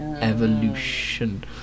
Evolution